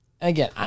again